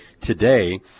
today